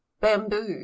bamboo